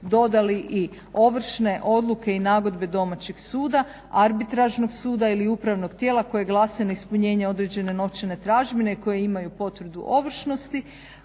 dodali i ovršne odluke i nagodbe domaćeg suda, arbitražnog suda ili upravnog tijela koje glasi na ispunjenje određene novčane tražbine i koje imaju potvrdu o ovršnosti